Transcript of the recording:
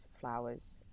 flowers